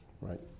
right